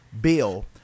bill